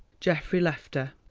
geoffrey left her.